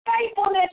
faithfulness